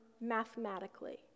mathematically